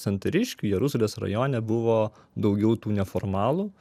santariškių jeruzalės rajone buvo daugiau tų neformalų